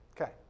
Okay